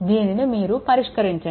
దీనిని మీరు పరిష్కరించండి